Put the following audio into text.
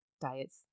diets